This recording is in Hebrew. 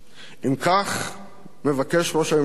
אם כך מבקש ראש הממשלה,